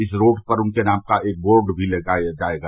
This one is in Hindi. इस रोड पर उनके नाम का एक बोर्ड भी लगाया जायेगा